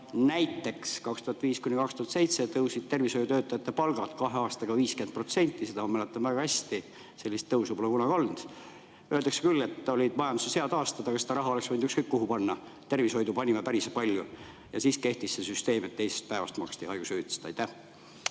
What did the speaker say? Näiteks 2005–2007 tõusid tervishoiutöötajate palgad kahe aastaga 50%. Seda ma mäletan väga hästi, sellist tõusu pole kunagi rohkem olnud. Öeldakse küll, et majanduses olid head aastad, aga seda raha oleks võinud ükskõik kuhu panna. Tervishoidu panime päris palju. Siis kehtis see süsteem, et teisest päevast maksti haigushüvitist. Aitäh!